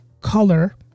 color